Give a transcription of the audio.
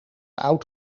oud